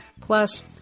Plus